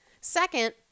Second